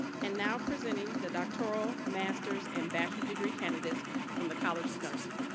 and now presenting the doctoral, masters and bachelor degree candidates from the college of nursing.